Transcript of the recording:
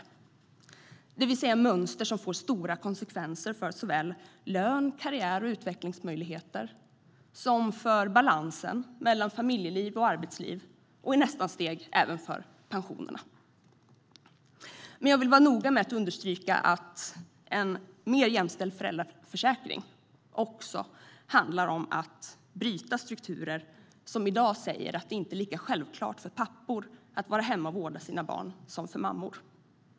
Det här är mönster som får stora konsekvenser såväl för lön, karriär och utvecklingsmöjligheter som för balansen mellan familjeliv och arbetsliv och i nästa steg även för pensionen. Jag vill vara noga med att understryka att en mer jämställd föräldraförsäkring också handlar om att bryta strukturer som i dag säger att det inte är lika självklart för pappor att vara hemma och vårda sina barn som det är för mammor.